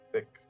Six